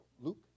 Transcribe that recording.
Luke